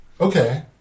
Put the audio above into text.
Okay